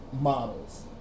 models